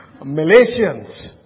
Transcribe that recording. Malaysians